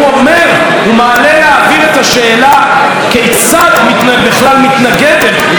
הוא מעלה לאוויר את השאלה כיצד בכלל מתנגדת חברת הכנסת